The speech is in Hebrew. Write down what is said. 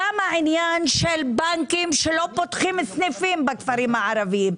גם העניין של בנקים שלא פותחים סניפים בכפרים הערביים.